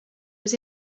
was